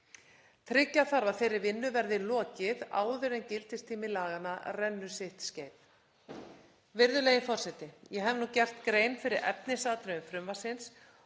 Tryggja þarfa að þeirri vinnu verði lokið áður en gildistími laganna rennur sitt skeið. Virðulegi forseti. Ég hef nú gert grein fyrir efnisatriðum frumvarpsins